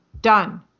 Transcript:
Done